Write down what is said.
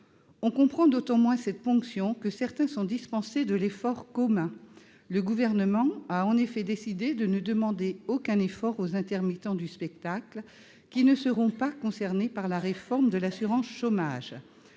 On comprend d'autant moins cette ponction que certains sont dispensés de l'effort commun. En effet, le Gouvernement a décidé de ne demander aucun effort aux intermittents du spectacle, qui ne seront pas concernés par la réforme de l'assurance chômage.